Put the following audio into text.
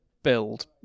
build